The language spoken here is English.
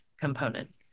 component